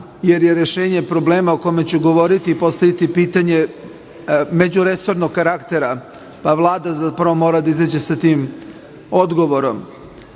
jer je rešenje problema o kome ću govoriti i postaviti pitanje međuresornog karaktera, pa Vlada prvo mora da izađe sa tim odgovorom. Naime,